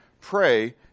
Pray